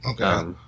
Okay